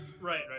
right